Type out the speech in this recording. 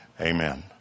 Amen